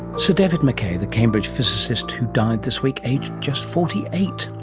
so david mackay, the cambridge physicist who died this week aged just forty eight.